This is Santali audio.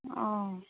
ᱚᱻ